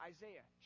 Isaiah